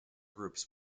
groups